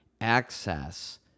access